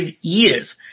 years